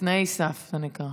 תנאי סף, זה נקרא.